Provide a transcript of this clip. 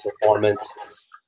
performance